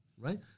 right